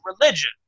religion